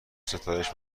ستایش